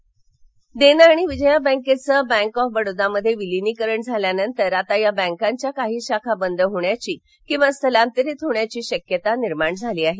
bank of Baroda Dena आणि विजया बँकेच bank of Baroda मध्ये विलीनीकरण झाल्यानंतर आता या बँकाच्या काही शाखा बंद होण्याची किंवा स्थलांतरित होण्याची शक्यता निर्माण झाली आहे